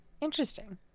Interesting